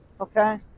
Okay